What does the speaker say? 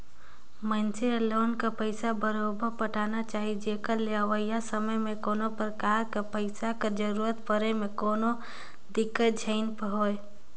मइनसे ल लोन कर पइसा बरोबेर पटाना चाही जेकर ले अवइया समे में कोनो परकार कर पइसा कर जरूरत परे में कोनो कर दिक्कत झेइन होए